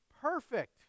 perfect